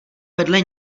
vedle